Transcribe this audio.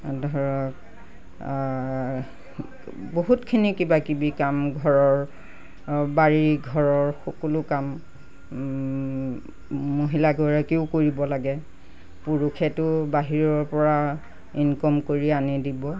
ধৰক বহুতখিনি কিবা কিবি কাম ঘৰৰ বাৰীৰ ঘৰৰ সকলো কাম মহিলাগৰাকীও কৰিব লাগে পুৰুষেটো বাহিৰৰ পৰা ইনকাম কৰি আনি দিব